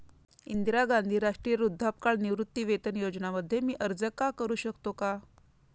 इंदिरा गांधी राष्ट्रीय वृद्धापकाळ निवृत्तीवेतन योजना मध्ये मी अर्ज का करू शकतो का?